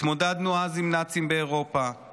התמודדנו אז עם נאצים באירופה,